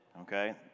okay